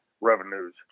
revenues